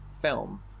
film